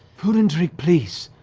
food and drink, please.